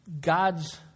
God's